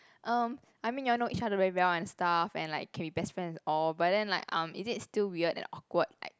um I mean you all know each other very well and stuff and like can be best friends all but then like um is it still weird and awkward like